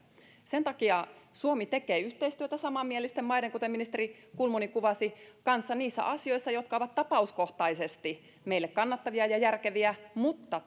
sen takia suomi tekee yhteistyötä kuten ministeri kulmuni kuvasi samanmielisten maiden kanssa niissä asioissa jotka ovat tapauskohtaisesti meille kannattavia ja järkeviä mutta